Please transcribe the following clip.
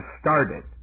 started